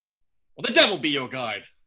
the devil be your guide